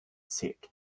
set